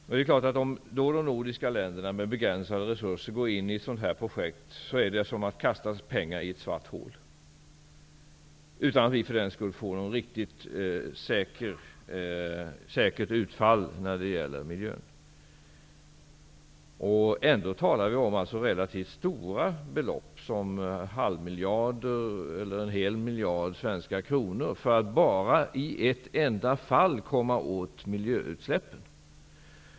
Om de nordiska länderna går in i ett sådant projekt med begränsade resurser, är det som att kasta pengar i ett svart hål. Vi får inte heller något riktigt säkert utfall när det gäller miljön. Vi talar ändå om relativt stora belopp. Det behövs en halv eller en hel miljard svenska kronor bara för att i ett fall komma åt miljöutsläppen.